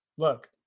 look